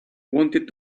wanted